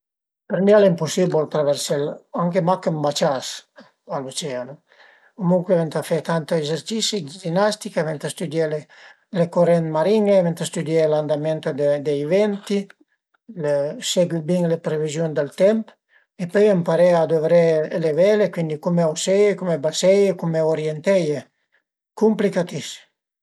Për mi al e impusibil traversè anche mach ün bacias, pa l'oceano, comuncue venta fe tanti ezercisi dë ginnastica, venta stüdié le curent marin-e, venta stüdié l'andament dei venti, segui bin le previziun del temp e pöi ëmparé a dövré le vele, cuindi cume auseie, cume baseie, cume urienteie, cumplicatissim